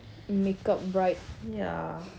makeup bride